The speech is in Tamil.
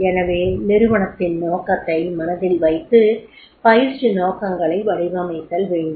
எனவே நிறுவனத்தின் நோக்கத்தை மனதில் வைத்து பயிற்சி நோக்கங்களை வடிவமைத்தல் வேண்டும்